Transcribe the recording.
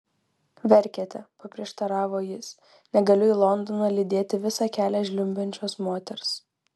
verkiate paprieštaravo jis negaliu į londoną lydėti visą kelią žliumbiančios moters